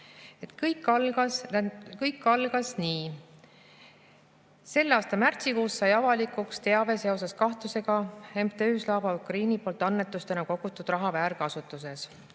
Kõik algas nii. Selle aasta märtsikuus sai avalikuks teave seoses kahtlusega MTÜ Slava Ukraini annetustena kogutud raha väärkasutuses.